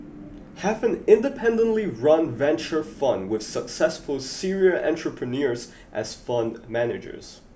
have an independently run venture fund with successful serial entrepreneurs as fund managers